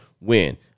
win